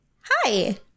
Hi